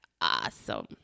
awesome